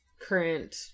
current